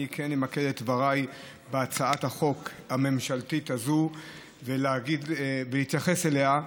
אני כן אמקד את דבריי בהצעת החוק הממשלתית הזאת ואתייחס אליה,